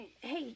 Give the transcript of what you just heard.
Hey